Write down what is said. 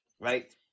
right